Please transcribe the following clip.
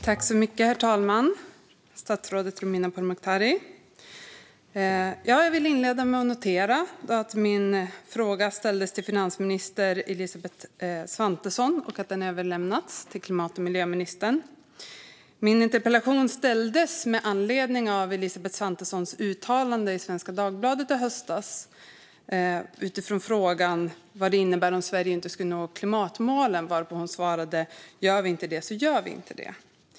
Herr talman! Jag vill inleda med att notera att min fråga ställdes till finansminister Elisabeth Svantesson och att den överlämnats till klimat och miljöministern. Min interpellation ställdes med anledning av Elisabeth Svantessons uttalande i Svenska Dagbladet i höstas utifrån frågan vad det innebar om Sverige inte skulle nå klimatmålen. Hon svarade: Gör vi inte det, så gör vi inte det.